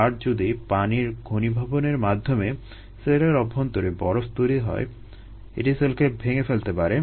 আর যদি পানির ঘনীভবনের মাধ্যমে সেলের অভ্যন্তের বরফ তৈরি হয় এটি সেলকে ভেঙে ফেলতে পারে